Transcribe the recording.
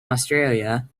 australia